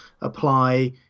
apply